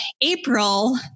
April